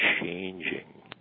changing